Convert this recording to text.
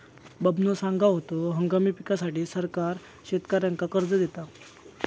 बबनो सांगा होतो, हंगामी पिकांसाठी सरकार शेतकऱ्यांना कर्ज देता